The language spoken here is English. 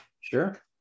Sure